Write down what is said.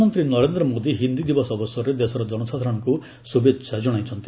ପ୍ରଧାନମନ୍ତ୍ରୀ ନରେନ୍ଦ୍ର ମୋଦି ହିନ୍ଦୀ ଦିବସ ଅବସରରେ ଦେଶର ଜନସାଧାରଣଙ୍କୁ ଶୁଭେଚ୍ଛା ଜଣାଇଛନ୍ତି